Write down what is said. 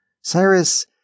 Cyrus